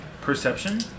Perception